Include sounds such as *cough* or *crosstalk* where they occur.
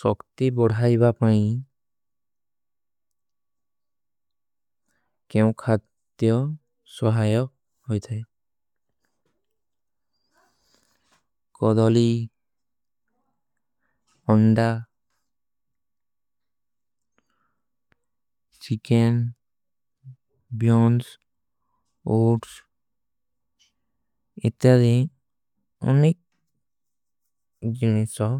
ସକ୍ତି ବଢାଈବା ପାଇଂ କ୍ଯୋଂ *hesitation* ଖାତ୍ତେ। ହୋ ସହାଯପ ହୋଈ ଥାଈ କଦଲୀ, ଅଂଡା, ଚିକନ। ବ୍ଯୋଂଜ ଓଟ୍ସ ଇତ୍ତେ ଆଧୀ ଅନିକ ଜୁନିଷ ହୋ